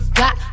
got